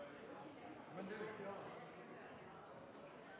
Men det er